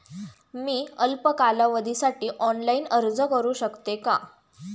मी अल्प कालावधीसाठी ऑनलाइन अर्ज करू शकते का?